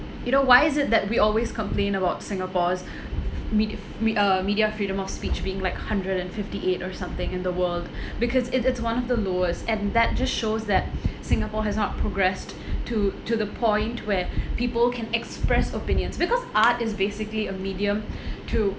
you know why is it that we always complain about singapore's me~ me~ uh media freedom of speech being like hundred and fifty eight or something in the world because it it's one of the lowest and that just shows that singapore has not progressed to to the point where people can express opinions because art is basically a medium to